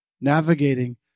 navigating